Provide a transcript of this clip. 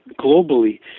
globally